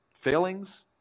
failings